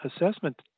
assessment